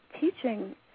teaching